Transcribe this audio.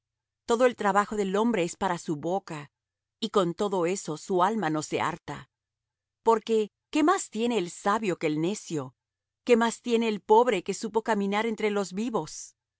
todo el trabajo del hombre es para su boca y con todo eso su alma no se harta porque qué más tiene el sabio que el necio qué más tiene el pobre que supo caminar entre los vivos